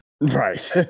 Right